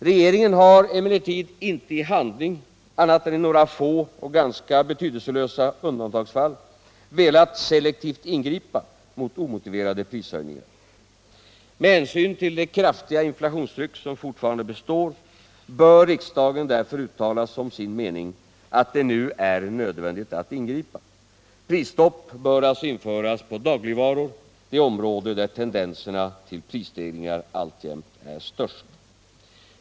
Regeringen har emellertid inte i handling — annat än i några få och ganska betydelselösa undantagsfall — velat selektivt ingripa mot omotiverade prishöjningar. Med hänsyn till det kraftiga inflationstryck som fortfarande består bör riksdagen därför uttala som sin mening att det nu är nödvändigt att ingripa. Prisstopp bör alltså införas på dagligvaror, det område där tendenserna till prisstegringar alltjämt är störst.